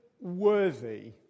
worthy